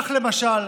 למשל,